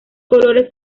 colores